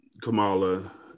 Kamala